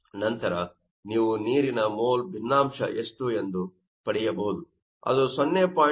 ನಂತರ ನೀವು ನೀರಿನ ಮೋಲ್ ಭಿನ್ನಾಂಶ ಎಷ್ಟು ಎಂದು ಪಡೆಯಬಹುದು